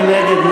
מי נגד?